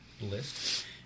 list